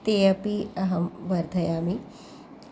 ते अपि अहं वर्धयामि